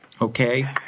Okay